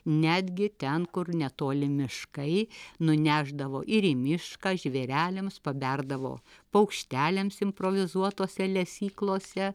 netgi ten kur netoli miškai nunešdavo ir į mišką žvėreliams paberdavo paukšteliams improvizuotose lesyklose